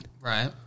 Right